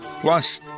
plus